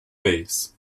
base